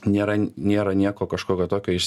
nėra nėra nieko kažkokio tokio iš